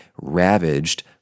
ravaged